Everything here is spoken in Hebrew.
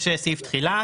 יש סעיף תחילה,